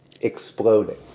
exploding